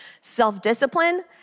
self-discipline